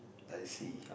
I see